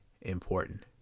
important